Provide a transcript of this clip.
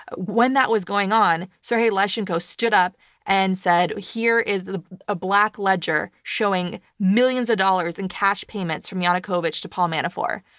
when that was going on, serhiy leshchenko stood up and said, here is a ah black ledger showing millions of dollars in cash payments from yanukovych to paul manafort.